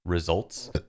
results